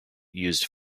used